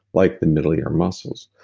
like the middle ear muscles.